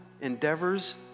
endeavors